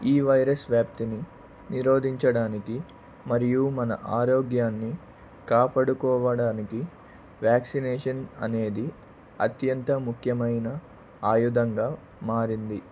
ఈ వైరస్ వ్యాప్తిని నిరోధించడానికి మరియు మన ఆరోగ్యాన్ని కాపాడుకోవడానికి వ్యాక్సినేషన్ అనేది అత్యంత ముఖ్యమైన ఆయుధంగా మారింది